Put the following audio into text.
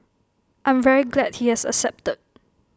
I'm very glad he has accepted